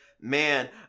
man